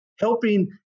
helping